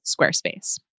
Squarespace